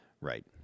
Right